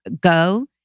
go